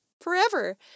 forever